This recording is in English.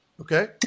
Okay